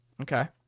Okay